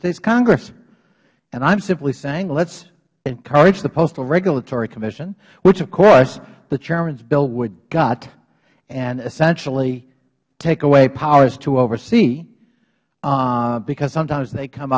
states congress and i am simply saying lets encourage the postal regulatory commission which of course the chairmans bill would gut and essentially take away powers to oversee because sometimes they come